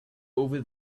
over